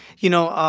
you know,